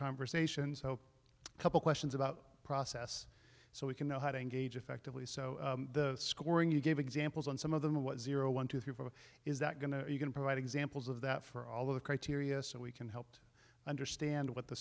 conversations hope couple questions about process so we can know how to engage effectively so the scoring you give examples on some of them what zero one two three four is that going to you can provide examples of that for all of the criteria so we can help to understand what the